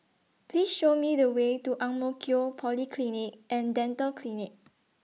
Please Show Me The Way to Ang Mo Kio Polyclinic and Dental Clinic